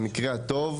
במקרה הטוב